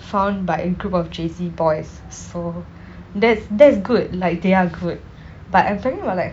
found by a group of J_C boys so that's that's good like they are good but I'm talking about like